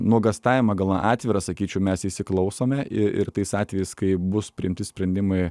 nuogąstavimą gal atvirą sakyčiau mes įsiklausome ir tais atvejais kai bus priimti sprendimai